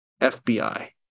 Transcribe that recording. FBI